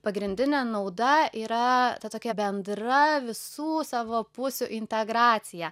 pagrindinė nauda yra ta tokia bendra visų savo pusių integracija